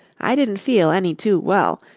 i didn't feel any too well,